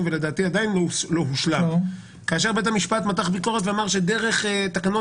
ועדיין לא הושלם: כאשר בית המשפט מתח ביקורת ואמר שדרך תקנות